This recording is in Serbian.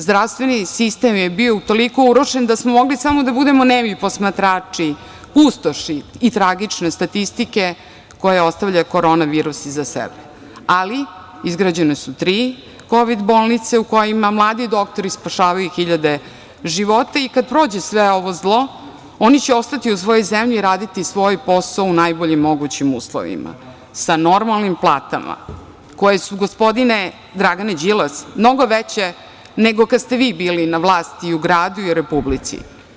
Zdravstveni sistem je bio u toliko urušen da smo mogli samo da budemo nemi posmatrači pustoši i tragične statistike koju ostavlja korona virus iza sebe, ali izgrađene su tri kovid bolnice u kojima mladi doktori spašavaju hiljade života i kada prođe svo ovo zlo, oni će ostati u svojoj zemlji i raditi svoj posao u najboljim mogućim uslovima, sa normalnim platama koje su gospodine Dragane Đilas, mnogo veće nego kad ste vi bili na vlasti i u gradu i u Republici.